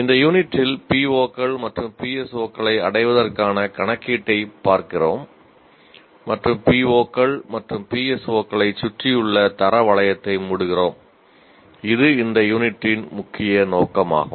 இந்த யூனிட்டில் POக்கள் மற்றும் PSOக்களை அடைவதற்கான கணக்கீட்டைப் பார்க்கிறோம் மற்றும் POக்கள் மற்றும் PSOக்களைச் சுற்றியுள்ள தர வளையத்தை மூடுகிறோம் இது இந்த யூனிட்டின் முக்கிய நோக்கமாகும்